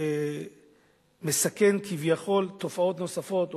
שמסכן כביכול תופעות נוספות,